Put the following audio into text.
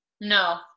No